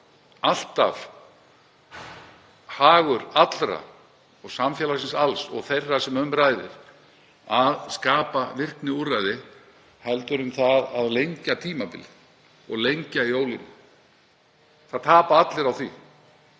alltaf hagur allra og samfélagsins alls og þeirra sem um ræðir að skapa virkniúrræði frekar en að lengja tímabil og lengja í ólinni. Það tapa allir á því.